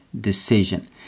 decision